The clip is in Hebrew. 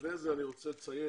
לפני זה אני רוצה לציין,